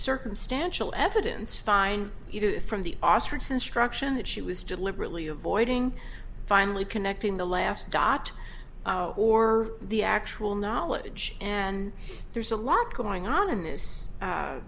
circumstantial evidence find either from the ostrich instruction that she was deliberately avoiding finally connecting the last dot or the actual knowledge and there's a lot going on in this